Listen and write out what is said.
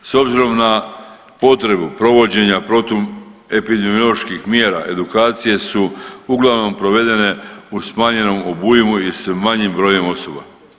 S obzirom na potrebu provođenja protuepidemioloških mjera edukacije su uglavnom provedene u smanjenom obujmu i s manjim brojem osoba.